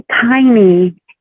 tiny